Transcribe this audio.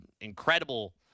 Incredible